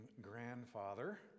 grandfather